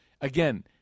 again